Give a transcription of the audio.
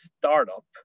startup